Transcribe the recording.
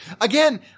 Again